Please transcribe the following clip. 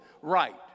right